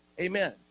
Amen